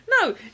no